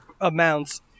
amounts